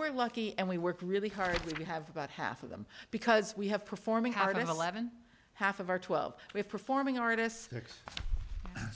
we're lucky and we work really hard we have about half of them because we have performing hard and eleven half of our twelve we're performing artists